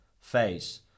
face